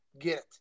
Get